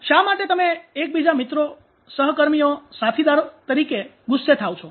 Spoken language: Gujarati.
શા માટે તમે એકબીજા મિત્રો સહકર્મીઓ સાથીદારો તરીકે ગુસ્સે થાવ છો